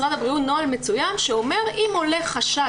משרד הבריאות מוציאים נוהל מצוין שאומר שאם עולה חשד